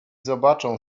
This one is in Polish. zobaczą